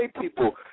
people